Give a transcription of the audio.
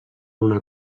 una